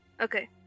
Okay